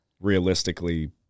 realistically